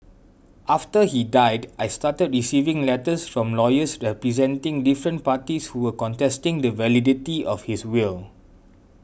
after he died I started receiving letters from lawyers representing different parties who were contesting the validity of his will